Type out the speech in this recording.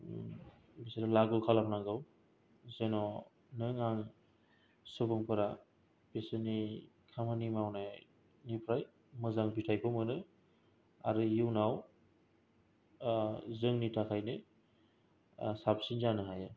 बिसोरो लागु खालामनांगौ जेन' नों आं सुबुंफोरा बिसोरनि खामानि मावनाय निफ्राय मोजां फिथायखौ मोनो आरो इउनाव जोंनि थाखायनो साबसिन जानो हायो